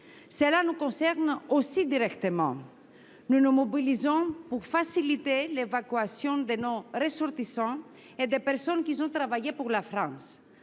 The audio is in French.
Cela nous concerne aussi directement. Nous nous mobilisons pour faciliter l’évacuation de nos ressortissants et des personnes qui ont travaillé pour la France.